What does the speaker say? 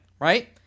right